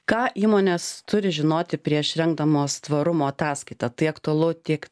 ką įmonės turi žinoti prieš rengdamos tvarumo ataskaitą tai aktualu tiek